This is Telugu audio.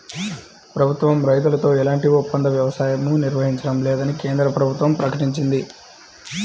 ప్రభుత్వం రైతులతో ఎలాంటి ఒప్పంద వ్యవసాయమూ నిర్వహించడం లేదని కేంద్ర ప్రభుత్వం ప్రకటించింది